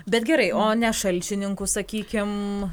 bet gerai o ne šalčininkų sakykim